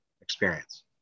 experience